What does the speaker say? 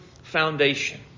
foundation